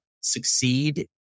succeed